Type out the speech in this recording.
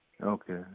Okay